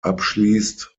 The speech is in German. abschließt